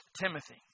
Timothy